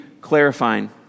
clarifying